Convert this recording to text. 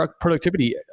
productivity